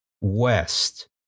West